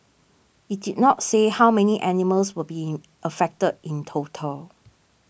it did not say how many animals will be in affected in total